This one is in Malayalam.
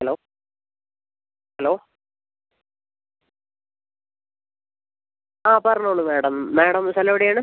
ഹലോ ഹലോ ആ പറഞ്ഞോളൂ മാഡം മാഡം സ്ഥലം എവിടെയാണ്